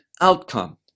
outcome